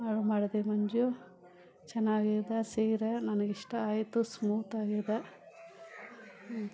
order ಮಾಡಿದೆ ಮಂಜು ಚೆನ್ನಾಗಿದೆ ಸೀರೆ ನನಗೆ ಇಷ್ಟ ಆಯಿತು ಸ್ಮೂತಾಗಿದೆ ಹ್ಞೂ